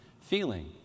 feeling